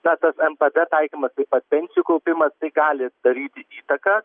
na tas npd taikymas taip pat pensijų kaupimas tai gali daryti įtaką